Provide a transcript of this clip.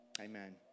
amen